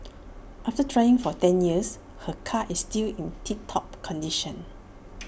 after driving for ten years her car is still in tip top condition